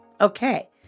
Okay